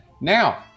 Now